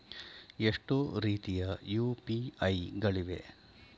ಎಷ್ಟು ರೀತಿಯ ಯು.ಪಿ.ಐ ಗಳಿವೆ?